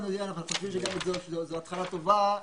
זו התחלה טובה.